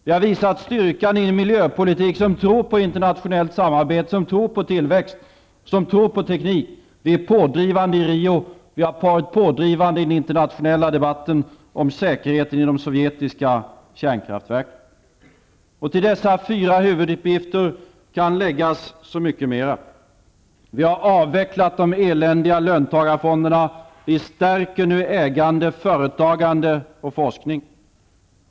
Vi har visat styrkan i en miljöpolitik som tror på internationellt samarbete, tillväxt och teknik. Vi är pådrivande i Rio, och vi har varit pådrivande i den internationella debatten om säkerheten i de sovjetiska kärnkraftverken. Till dessa fyra huvuduppgifter kan läggas så mycket mera. Vi har avvecklat de eländiga löntagarfonderna. Vi stärker nu ägande, företagande och forskning.